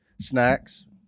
snacks